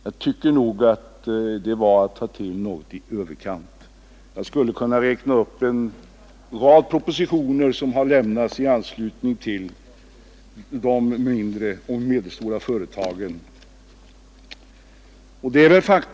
Det var nog att ta till något i överkant. Jag skulle kunna räkna upp en mängd propositioner som har lämnats i anslutning till de mindre och medelstora företagens problem.